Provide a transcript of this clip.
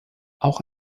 auch